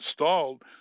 installed